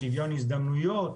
לשוויון הזדמנויות,